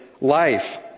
life